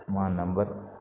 మా నంబర్